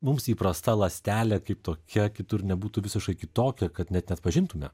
mums įprasta ląstelė kaip tokia kitur nebūtų visiškai kitokia kad net neatpažintume